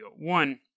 one